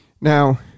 Now